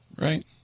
Right